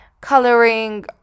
coloring